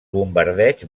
bombardeig